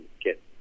get